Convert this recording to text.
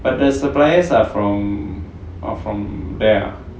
but their suppliers are from are from there ah